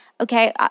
okay